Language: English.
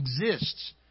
exists